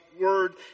word